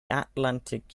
atlantic